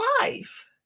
life